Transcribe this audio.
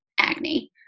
acne